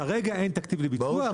כרגע אין תקציב לביצוע.